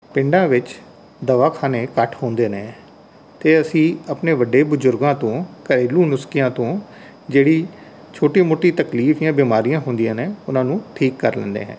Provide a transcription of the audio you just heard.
ਪਿੰਡਾਂ ਵਿੱਚ ਦਵਾਖਾਨੇ ਘੱਟ ਹੁੰਦੇ ਨੇ ਅਤੇ ਅਸੀਂ ਆਪਣੇ ਵੱਡੇ ਬਜ਼ੁਰਗਾਂ ਤੋਂ ਘਰੇਲੂ ਨੁਸਖਿਆਂ ਤੋਂ ਜਿਹੜੀ ਛੋਟੀ ਮੋਟੀ ਤਕਲੀਫ ਜਾਂ ਬਿਮਾਰੀਆਂ ਹੁੰਦੀਆਂ ਨੇ ਉਹਨਾਂ ਨੂੰ ਠੀਕ ਕਰ ਲੈਂਦੇ ਹੈ